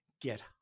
get